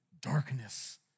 darkness